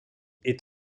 est